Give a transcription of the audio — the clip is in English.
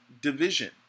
division